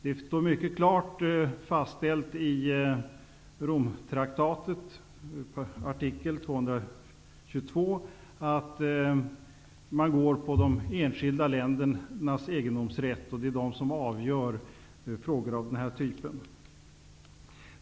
Det står mycket klart i Romfördraget, artikel 222, att man går på de enskilda ländernas egendomsrätt, och att det är de som avgör frågor av den här typen.